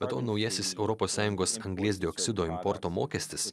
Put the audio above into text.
be to naujasis europos sąjungos anglies dioksido importo mokestis